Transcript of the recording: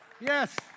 Yes